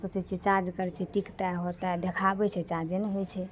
सोचै छिए चार्ज करै छिए टिकतै होतै देखाबै छै चार्जे नहि होइ छै